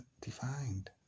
defined